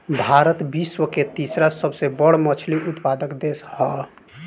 भारत विश्व के तीसरा सबसे बड़ मछली उत्पादक देश ह